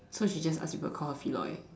so she just ask people call her Feloy